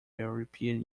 european